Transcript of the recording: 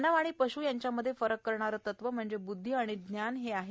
मानव आणि पशु यांच्यामध्ये फरक करणारे तत्व म्हणजे बुध्दी आणि ज्ञान हे आहेत